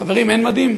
חברים, אין מדים.